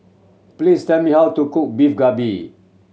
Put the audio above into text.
please tell me how to cook Beef Galbi